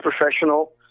professional